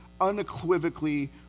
unequivocally